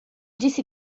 disse